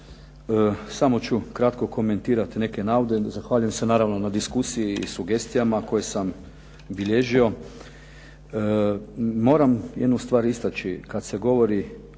Samo ću kratko komentirat neke navode. Zahvaljujem se naravno na diskusiji i sugestijama koje sam bilježio. Moram jednu stvar istaći. Kad se govori